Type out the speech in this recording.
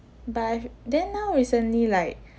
by I h~ then now recently like